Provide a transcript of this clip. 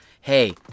hey